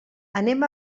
anem